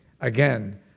again